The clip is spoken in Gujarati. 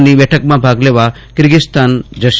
ની બેઠકમાં ભાગ લેવા કિર્ગીઝસ્તાન જશે